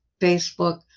Facebook